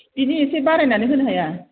बिनि एसे बारायनानै होनो हाया